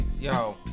Yo